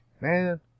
man